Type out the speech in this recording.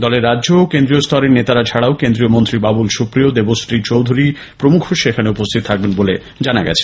দলে রাজ্য ও কেন্দ্রীয় স্তরের নেতারা ছাড়াও কেন্দ্রীয় মন্ত্রী বাবুল সুপ্রিয় দেবশ্রী চৌধুরী প্রমুখ সেখানে উপস্হিত থাকবেন বলে জানা গেছে